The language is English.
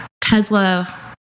Tesla